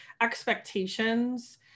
expectations